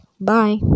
bye